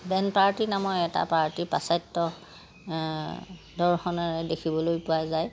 band party নামৰ এটা party পাশ্চাত্য দৰ্শনেৰে দেখিবলৈ পোৱা যায়